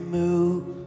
move